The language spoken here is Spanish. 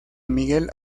miguel